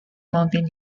mountain